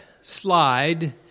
slide